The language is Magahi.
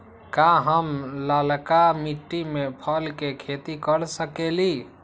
का हम लालका मिट्टी में फल के खेती कर सकेली?